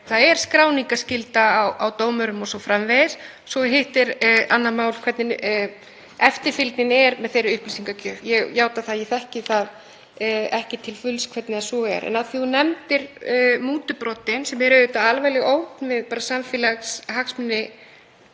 það er skráningarskylda á dómurum o.s.frv. Svo er hitt annað mál hvernig eftirfylgni er með þeirri upplýsingagjöf. Ég játa að ég þekki ekki til fulls hvernig það er. En af því að þú nefndir mútubrotin, sem eru auðvitað alvarleg ógn við samfélagshagsmuni